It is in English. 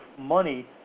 money